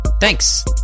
Thanks